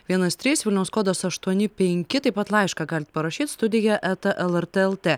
vienas trys vilniaus kodas aštuoni penki taip pat laišką galit parašyt studija eta lrt lt